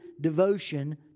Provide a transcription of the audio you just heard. devotion